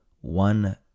One